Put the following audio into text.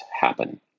happen